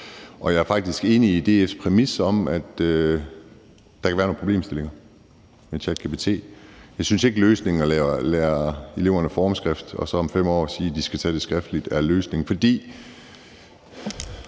Og jeg er faktisk enig i DF's præmis om, at der kan være nogle problemstillinger med ChatGPT. Jeg synes ikke løsningen med at lære eleverne formskrift og så om 5 år sige, at de skal tage eksamenen skriftligt, er løsningen.